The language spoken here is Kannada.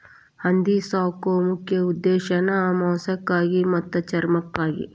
ಹಂದಿ ಸಾಕು ಮುಖ್ಯ ಉದ್ದೇಶಾ ಮಾಂಸಕ್ಕಾಗಿ ಮತ್ತ ಚರ್ಮಕ್ಕಾಗಿ